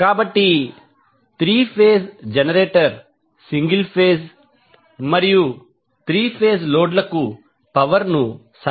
కాబట్టి 3 phase generator single phase మరియు 3 phase లోడ్లకు పవర్ ని సరఫరా చేస్తుంది